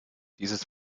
dieses